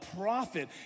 prophet